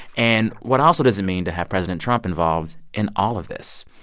and what, also, does it mean to have president trump involved in all of this?